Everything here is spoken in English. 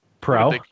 Pro